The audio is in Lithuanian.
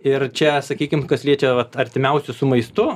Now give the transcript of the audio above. ir čia sakykim kas liečia vat artimiausius su maistu